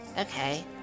Okay